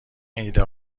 ایده